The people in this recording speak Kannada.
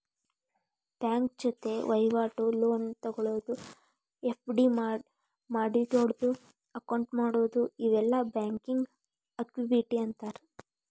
ಬ್ಯಾಂಕ ಜೊತಿ ವಹಿವಾಟು, ಲೋನ್ ತೊಗೊಳೋದು, ಎಫ್.ಡಿ ಮಾಡಿಡೊದು, ಅಕೌಂಟ್ ಮಾಡೊದು ಇವೆಲ್ಲಾ ಬ್ಯಾಂಕಿಂಗ್ ಆಕ್ಟಿವಿಟಿ ಅಂತಾರ